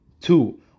two